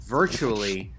virtually